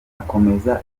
akomeza